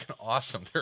awesome